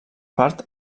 part